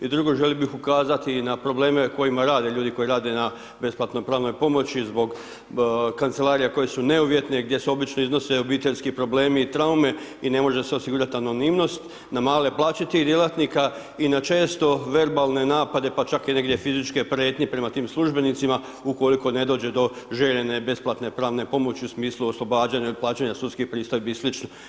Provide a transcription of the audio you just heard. I drugo, želio bih ukazati na probleme kojima rade ljudi koji rade na besplatnoj pravnoj pomoći zbog kancelarija koje su neuvjetne, gdje se obično iznose obiteljski problemi i traume i ne može se osigurati anonimnost, na male plaće tih djelatnika i na često verbalne napade, pa čak negdje i fizičke prijetnje prema tim službenicima ukoliko ne dođe do željene besplatne pravne pomoći u smislu oslobađanja od plaćanja sudskih pristojbi i sl.